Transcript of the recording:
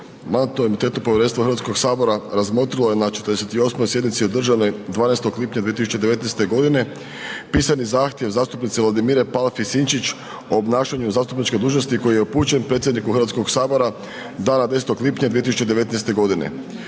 Mandatno-imunitetno povjerenstvo Hrvatskog sabora razmotrilo je na 48. sjednici održanoj 12. lipnja 2019. godine pisani zahtjev zastupnice Vladimire Palfi Sinčić o obnašanju zastupničke dužnosti koji je upućen predsjedniku Hrvatskog sabora dana 10. lipnja 2019. godine.